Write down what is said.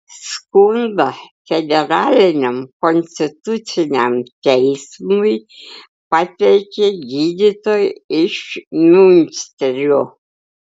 skundą federaliniam konstituciniam teismui pateikė gydytoja iš miunsterio